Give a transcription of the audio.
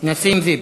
נסים זאב?